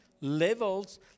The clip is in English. levels